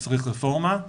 שצריך רפורמה,